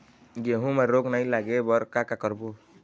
गेहूं म रोग नई लागे बर का का करबो?